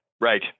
Right